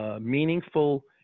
meaningful